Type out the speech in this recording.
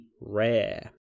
rare